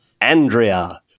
Andrea